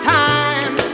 time